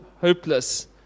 hopeless